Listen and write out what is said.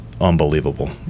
unbelievable